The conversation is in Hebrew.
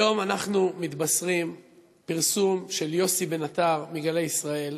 היום אנחנו מתבשרים בפרסום של יוסי בן עטר מ"גלי ישראל"